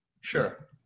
sure